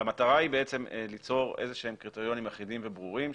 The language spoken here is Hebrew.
המטרה היא ליצור קריטריונים אחידים וברורים,